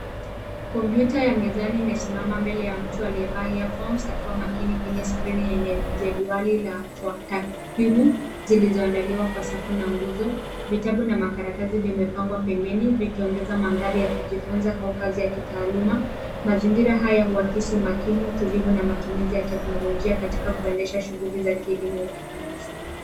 Kompyuta ya mezani imesimama mbele ya mtu aliyevaa earphones akiwa kwenye skrini yenye jedwali la takwimu zilizoandaliwa kwa safu na nguzo. Vitabu na makaratasi vimepangwa pembeni vikiongeza mandhari ya kujifunza au kazi ya kitaaluma. Mazingira haya huakisi umakini, utulivu na matumizi ya teknolojia katika kuendesha shughuli za kielimu au kikazi.